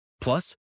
Plus